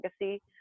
legacy